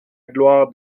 gloire